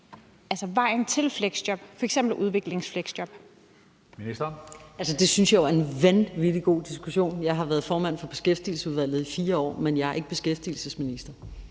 (Pernille Rosenkrantz-Theil): Det synes jeg jo er en vanvittig god diskussion. Jeg har været formand for Beskæftigelsesudvalget i 4 år, men jeg er ikke beskæftigelsesminister,